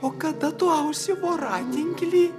o kada tu ausi voratinklį